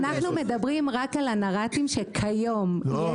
אנחנו מדברים רק על הנרת"ים שקיימים היום יש ארבעה.